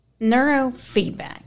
neurofeedback